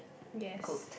yes